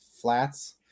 flats